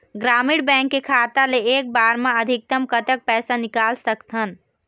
ग्रामीण बैंक के खाता ले एक बार मा अधिकतम कतक पैसा निकाल सकथन?